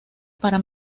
para